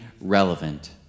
relevant